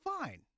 fine